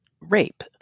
rape